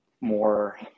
more